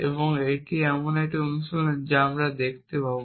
এবং এটি এমন একটি অনুশীলন যা আমরা দেখতে পাব